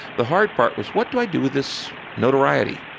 the hard part was what do i do with this notoriety?